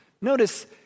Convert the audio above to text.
Notice